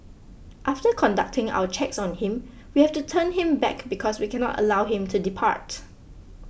after conducting our checks on him we have to turn him back because we cannot allow him to depart